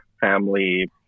family